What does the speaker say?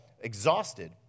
exhausted